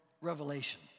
revelation